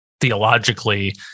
theologically